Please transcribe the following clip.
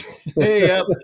hey